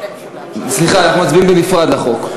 סליחה, אנחנו מצביעים בנפרד על החוק.